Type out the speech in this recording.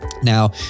Now